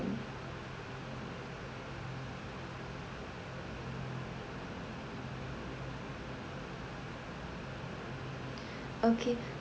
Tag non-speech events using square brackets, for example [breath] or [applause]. [breath] okay